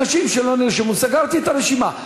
אנשים שלא נרשמו, סגרתי את הרשימה.